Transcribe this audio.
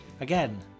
again